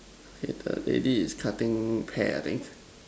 okay the lady is cutting hair I think